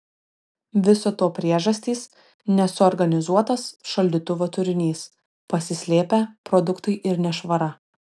viso to priežastys nesuorganizuotas šaldytuvo turinys pasislėpę produktai ir nešvara